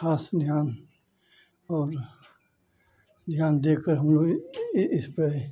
खास ध्यान और ध्यान देकर हम लोग इस पर